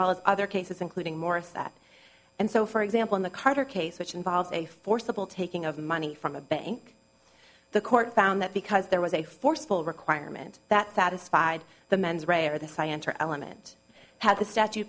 well as other cases including more of that and so for example in the carter case which involves a forcible taking of money from a bank the court found that because there was a forceful requirement that satisfied the mens rea or the science or element had the statu